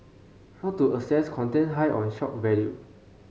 how to assess content high on shock value